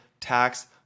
tax